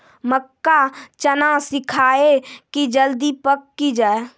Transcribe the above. मक्का चना सिखाइए कि जल्दी पक की जय?